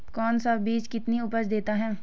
कौन सा बीज कितनी उपज देता है?